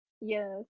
yes